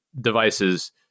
devices